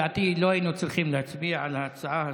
לדעתי לא היינו צריכים להצביע על ההצעה הזאת,